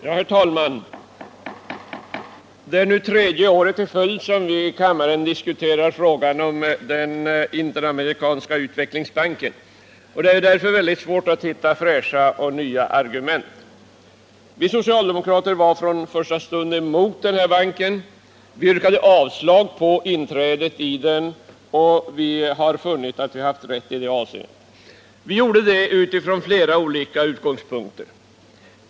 Herr talman! Det är nu tredje året i följd som vi i kammaren diskuterar frågan om Interamerikanska utvecklingsbanken. Det är därför väldigt svårt att hitta fräscha och nya argument. Vi socialdemokrater var från första stund emot denna bank. Vi yrkade avslag på förslaget om inträde i den, och vi har funnit att vårt ställningstagande var riktigt. Vi var emot inträde från flera utgångspunkter.